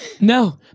No